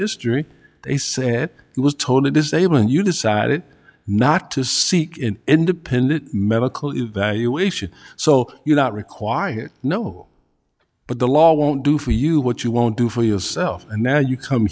history they said it was totally disabled and you decided not to seek in independent medical evaluation so you're not required no but the law won't do for you what you won't do for yourself and now you come